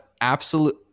absolute